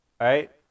right